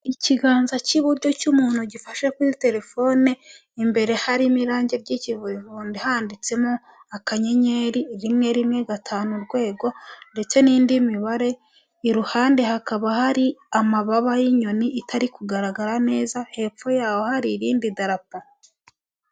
Ikiganza cy'iburyo cy'umuntu gifashe kuri telefone, imbere harimo irangi ry'ikivurivundi handitsemo akanyenyeri rimwe rimwe gatanu urwego ndetse n'indi mibare, iruhande hakaba hari amababa y'inyoni itari kugaragara neza, hepfo y'aho hari irindi darapo.